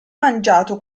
mangiato